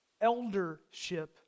eldership